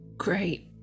Great